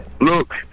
Look